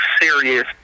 serious